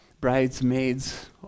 bridesmaids